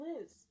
Liz